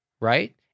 right